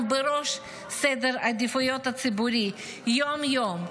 בראש סדר העדיפויות הציבורי יום-יום,